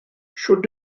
sut